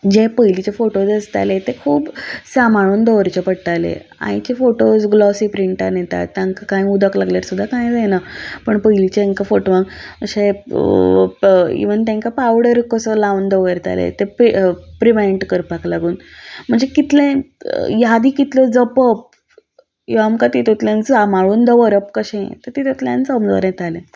जे पयलींचे फोटोज आसताले ते खूब सांबाळून दवरचे पडटाले आयचे फोटोज ग्लोसी प्रिंटान येतात तांकां कांय उदक लागल्यार सुद्दां कांय जायना पण पयलींचें हांकां फोटोवांत अशें इवन तांकां पावडर कसो लावन दवरताले ते प्रि प्रिवेंट करपाक लागून म्हणजे कितले यादी कितल्यो जपप ह्यो आमकां तितूंतल्यान सांबाळून दवरप कशें तें तितूंतल्यान समजोन येतालें